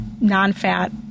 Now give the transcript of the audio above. non-fat